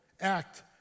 act